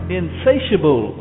insatiable